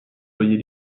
soyez